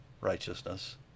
righteousness